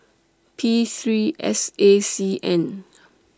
P three S A C N